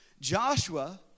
Joshua